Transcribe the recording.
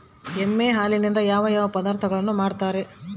ಎಮ್ಮೆ ಹಾಲಿನಿಂದ ಯಾವ ಯಾವ ಪದಾರ್ಥಗಳು ಮಾಡ್ತಾರೆ?